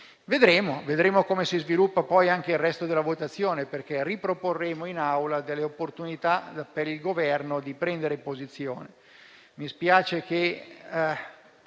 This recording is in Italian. Vedremo come si sviluppa anche il resto delle votazioni, perché riproporremo in Aula delle opportunità per il Governo di prendere posizione.